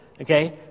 Okay